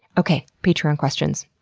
okay, patreon questions.